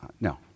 No